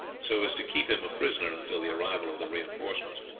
so as to keep him a prisoner until the arrival of the reinforcements.